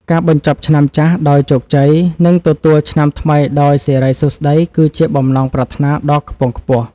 ការបញ្ចប់ឆ្នាំចាស់ដោយជោគជ័យ និងទទួលឆ្នាំថ្មីដោយសិរីសួស្តី គឺជាបំណងប្រាថ្នាដ៏ខ្ពង់ខ្ពស់។